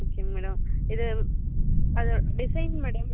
okay madam இது அது design madam